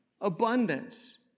abundance